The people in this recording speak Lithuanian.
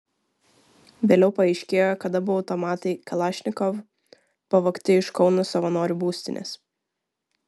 vėliau paaiškėjo kad abu automatai kalašnikov pavogti iš kauno savanorių būstinės